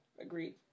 Agreed